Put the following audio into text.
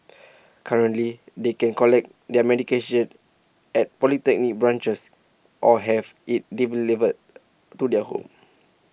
currently they can collect their medication at polyclinic branches or have IT delivered to their home